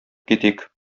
китик